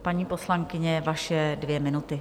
Paní poslankyně, vaše dvě minuty.